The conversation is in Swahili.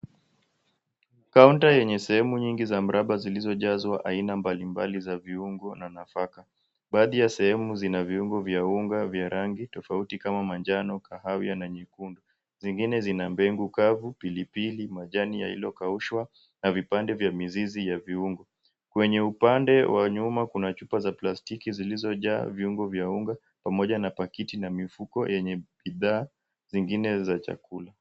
Kaunta yenye sehemu nyingi za mraba zilizojazwa aina mbalimbali za viungo na nafaka. Baadhi ya sehemu zina viungo vya unga vya rangi tofauti kama manjano, kahawia na nyekundu. Zingine zina mbegu kavu, pilipili, majani yaliyokaushwa na vipande vya mizizi ya viungo. Kwenye upande wa nyuma kuna chupa za plastiki zilizojaa viungo vya unga pamoja na pakiti na mifuko yenye bidhaa zingine za chakula.